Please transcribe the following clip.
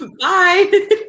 Bye